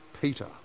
Peter